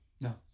No